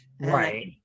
Right